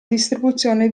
distribuzione